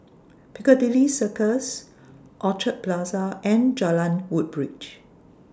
Piccadilly Circus Orchard Plaza and Jalan Woodbridge